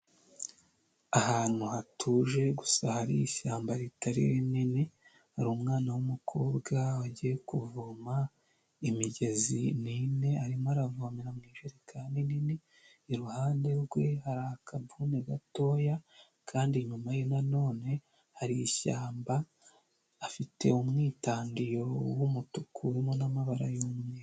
Ahantu hatuje gusa hari ishyamba ritari rinini hari umwana w'umukobwa wagiye kuvoma, imigezi ni ine arimo aravomera mu ijerirekani nini, iruhande rwe hari akabune gatoya kandi inyuma ye nanone hari ishyamba, afite umwitandiro w'umutuku urimo n'amabara yu'mweru.